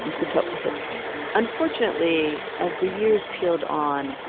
put up with it unfortunately, as the years piled on,